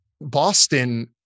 Boston